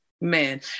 man